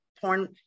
porn